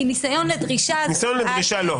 כי ניסיון לדרישה זה --- ניסיון לדרישה לא.